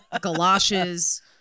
galoshes